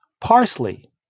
Parsley